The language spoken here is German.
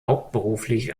hauptberuflich